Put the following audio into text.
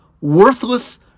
worthless